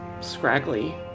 scraggly